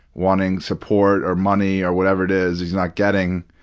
wanting support or money or whatever it is he's not getting.